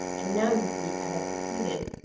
and now, you see, i have succeeded.